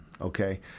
Okay